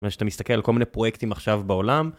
ושאתה מסתכל על כל מיני פרויקטים עכשיו בעולם.